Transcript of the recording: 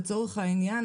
לצורך העניין,